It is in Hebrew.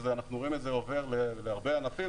ואנחנו רואים את זה עובר להרבה ענפים,